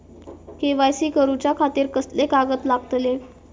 KYC करूच्या खातिर कसले कागद लागतले?